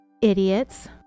idiots